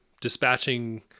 dispatching